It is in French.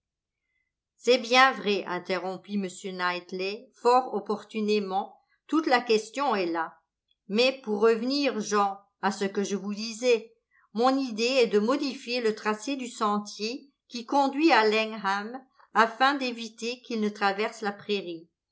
c'est bien vrai interrompit m knightley fort opportunément toute la question est là mais pour revenir jean à ce que je vous disais mon idée est de modifier le tracé du sentier qui conduit à langham afin d'éviter qu'il ne traverse la prairie